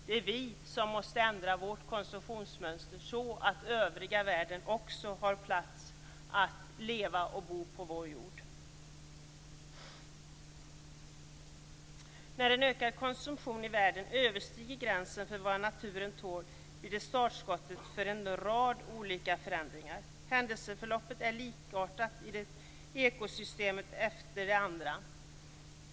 Det är vi som måste ändra vårt konsumtionsmönster så att övriga världen också får plats att leva och bo på vår jord. När en ökad konsumtion i världen överstiger gränsen för vad naturen tål blir det startskottet för en rad olika förändringar. Händelseförloppet är likartat i det ena ekosystemet efter det andra.